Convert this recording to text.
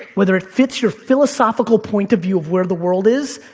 whether it fits your philosophical point of view of where the world is,